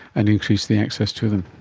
and increase the access to them.